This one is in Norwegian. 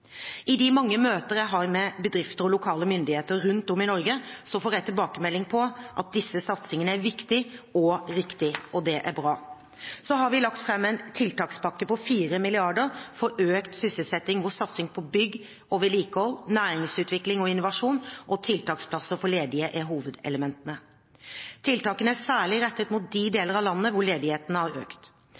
I de mange møter jeg har med bedrifter og lokale myndigheter rundt om i Norge, får jeg tilbakemelding om at disse satsingene er viktige og riktige. Det er bra. Så har vi lagt fram en tiltakspakke på 4 mrd. kr for økt sysselsetting, hvor satsing på bygg og vedlikehold, næringsutvikling og innovasjon og tiltaksplasser for ledige er hovedelementene. Tiltakene er særlig rettet mot de deler av landet hvor ledigheten har økt.